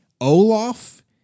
Olaf